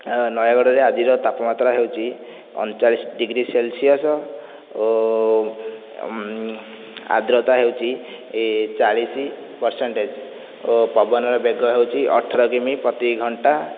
ନୟାଗଡ଼ରେ ଆଜିର ତାପମାତ୍ରା ହେଉଛି ଅଣଚାଳିଶ ଡିଗ୍ରୀ ସେଲସିୟସ୍ ଓ ଆଦ୍ରତା ହେଉଛି ଚାଳିଶି ପର୍ସେନ୍ଟେଜ ଓ ପବନର ବେଗ ହେଉଛି ଅଠର କିମି ପ୍ରତି ଘଣ୍ଟା